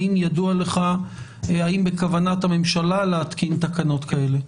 ידוע לכם האם בכוונת הממשלה להתקין תקנות כאלה?